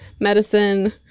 medicine